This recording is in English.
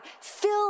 Fill